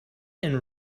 and